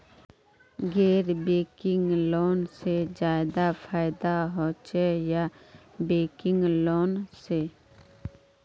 गैर banking loan से ज्यादा फायदा होचे या बैंकिंग लोन से?